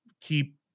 keep